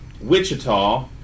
Wichita